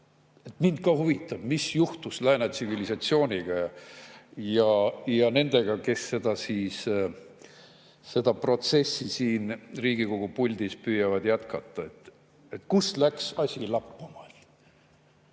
Mind ka huvitab, mis juhtus lääne tsivilisatsiooniga ja nendega, kes seda protsessi siin Riigikogu puldis püüavad jätkata. Kus läks asi lappama?